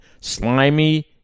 Slimy